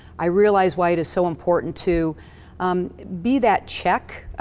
i realize why it is so important to be that check,